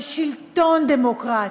בשלטון דמוקרטי,